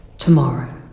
tomorrow.